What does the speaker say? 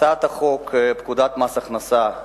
הצעת החוק לתיקון פקודת מס ההכנסה,